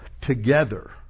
together